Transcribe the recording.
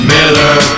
Miller